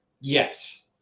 Yes